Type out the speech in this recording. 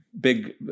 big